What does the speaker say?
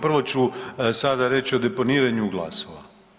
Prvo ću sada reći o deponiranju glasova.